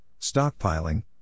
stockpiling